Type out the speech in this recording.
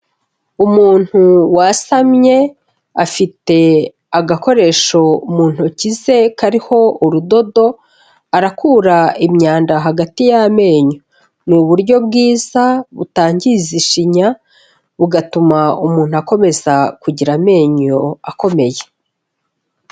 Umuntu wasamye, afite agakoresho mu ntoki ze kariho urudodo, arakura imyanda hagati y'amenyo. Ni uburyo bwiza butangiza ishinya, bugatuma umuntu akomeza kugira amenyo akomeye.